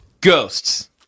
Ghosts